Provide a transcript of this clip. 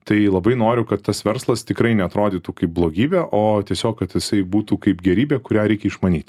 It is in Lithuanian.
tai labai noriu kad tas verslas tikrai neatrodytų kaip blogybė o tiesiog kad jisai būtų kaip gėrybė kurią reikia išmanyti